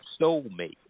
soulmate